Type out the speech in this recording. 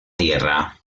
tierra